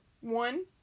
One